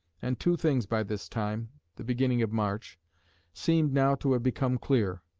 and two things by this time the beginning of march seemed now to have become clear,